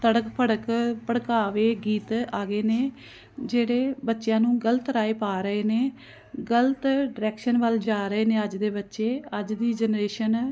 ਤੜਕ ਭੜਕ ਭੜਕਾਵੇ ਗੀਤ ਆ ਗਏ ਨੇ ਜਿਹੜੇ ਬੱਚਿਆਂ ਨੂੰ ਗਲਤ ਰਾਹੇ ਪਾ ਰਹੇ ਨੇ ਗਲਤ ਡਰੈਕਸ਼ਨ ਵੱਲ ਜਾ ਰਹੇ ਨੇ ਅੱਜ ਦੇ ਬੱਚੇ ਅੱਜ ਦੀ ਜਨਰੇਸ਼ਨ